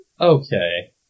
Okay